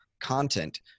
content